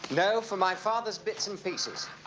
no for my father's bits and pieces.